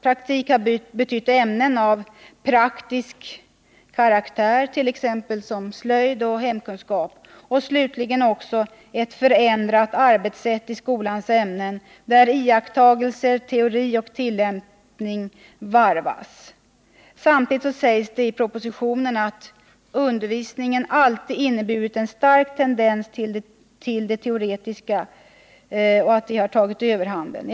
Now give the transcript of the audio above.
Praktik har betytt ämnen av praktisk karaktär som t.ex. slöjd och hemkunskap och slutligen också ”ett förändrat arbetssätt i skolans ämnen, där iakttagelser, teori och tillämpning varvats”. Samtidigt sägs i propositionen att ”undervisning alltid inneburit en stark tendens att det teoretiska tagit överhanden.